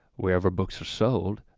wherever books are sold.